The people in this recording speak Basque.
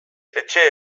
etxe